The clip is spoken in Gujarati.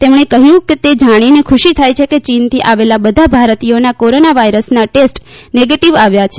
તેમણે કહ્યું કે તે જાણીને ખુશી થાય છે કે ચીનથી આવેલા બધા ભારતીથોના કોરોના વાયરસના ટેસ્ટ નેગેટિવ આવ્યા છે